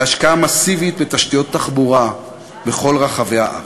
ובהשקעה מסיבית בתשתיות תחבורה בכל רחבי הארץ.